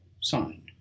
signed